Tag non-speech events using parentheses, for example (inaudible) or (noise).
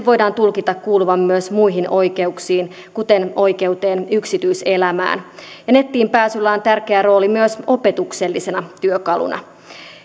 (unintelligible) voidaan tulkita kuuluvan myös muihin oikeuksiin kuten oikeuteen yksityiselämään nettiin pääsyllä on tärkeä rooli myös opetuksellisena työkaluna